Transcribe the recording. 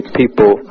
people